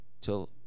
till